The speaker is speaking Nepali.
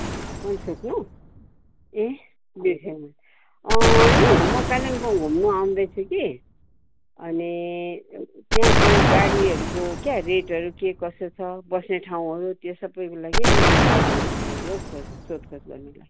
मै सोध्नु ए देखेन नि म कालिम्पोङ घुम्नु आउँदैछु कि अनि त्यहाँको गाडीहरूको क्या रेटहरू के कसो छ बस्ने ठाउँहरू त्यो सबैको लागि नि इनक्वेरी गर्नुको लागि हौ खोज सोधखोज गर्नुलाई